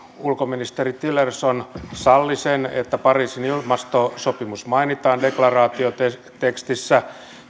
ulkoministeri tillerson salli sen että pariisin ilmastosopimus mainitaan deklaraatiotekstissä